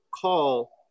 call